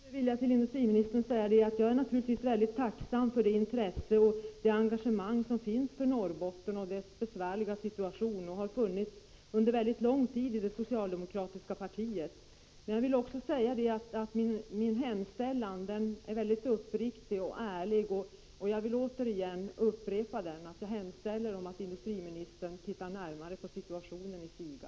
Herr talman! Jag skulle till industriministern vilja säga att jag naturligtvis är mycket tacksam för det intresse och det engagemang som finns för Norrbotten och dess besvärliga situation och som har funnits under lång tid i det socialdemokratiska partiet. Men jag vill också säga att min hemställan är mycket uppriktig och ärlig, och jag vill återigen upprepa den: Jag hemställer att industriministern tittar närmare på situationen i SIGA.